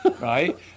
Right